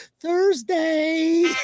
Thursday